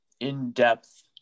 In-depth